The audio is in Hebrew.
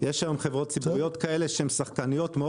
יש היום חברות ציבוריות כאלה שהן שחקניות מאוד